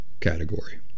category